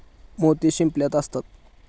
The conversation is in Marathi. मोती शिंपल्यात असतात